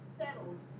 settled